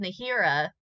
Nahira